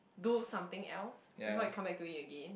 do something else before you come back to it again